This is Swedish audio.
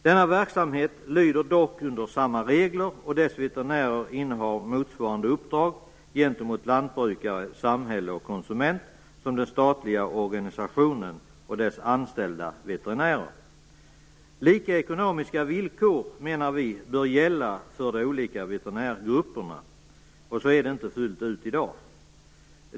Denna verksamhet lyder dock under samma regler, och dess veterinärer innehar motsvarande uppdrag gentemot lantbrukare, samhälle och konsument som den statliga organisationen och de veterinärer som är anställda där. Lika ekonomiska villkor, menar vi, bör gälla för de olika veterinärgrupperna. Så är det inte fullt ut i dag.